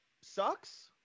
sucks